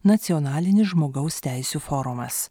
nacionalinis žmogaus teisių forumas